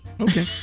Okay